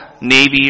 Navy